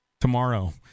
Tomorrow